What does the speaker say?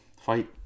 fight